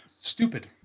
stupid